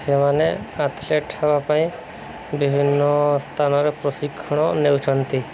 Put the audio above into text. ସେମାନେ ଆଥଲେଟ୍ ହେବା ପାଇଁ ବିଭିନ୍ନ ସ୍ଥାନରେ ପ୍ରଶିକ୍ଷଣ ନେଉଛନ୍ତି